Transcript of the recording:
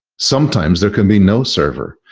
sometimes there can be no server.